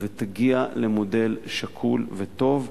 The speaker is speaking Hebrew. והיא תגיע למודל שקול וטוב,